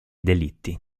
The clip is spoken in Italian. delitti